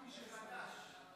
זה חדש.